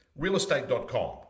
realestate.com